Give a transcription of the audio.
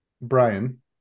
Brian